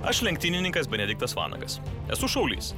aš lenktynininkas benediktas vanagas esu šaulys